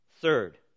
Third